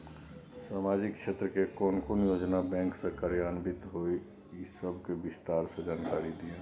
सामाजिक क्षेत्र के कोन कोन योजना बैंक स कार्यान्वित होय इ सब के विस्तार स जानकारी दिय?